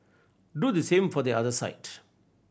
do the same for the other side